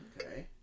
okay